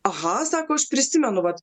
aha sako aš prisimenu vat